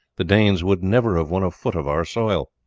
the danes would never have won a foot of our soil.